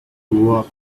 walk